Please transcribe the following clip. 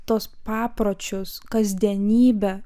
tuos papročius kasdienybę